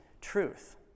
truth